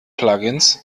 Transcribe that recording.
plugins